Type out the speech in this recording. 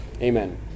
Amen